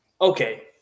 okay